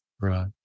right